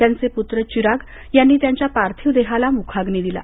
त्यांचे पुत्र चिराग यांनी त्यांच्या पार्थिव देहाला मुखाग्नी दिला